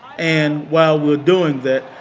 and while we're doing that,